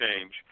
change